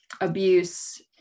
abuse